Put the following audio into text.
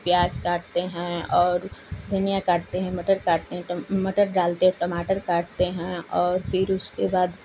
प्याज काटते हैं और धनियाँ काटते हैं मटर काटते हैं मटर डालते हैं टमाटर काटते है और फिर उसके बाद